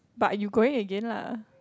but you going again lah